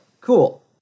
Cool